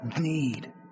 need